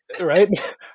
right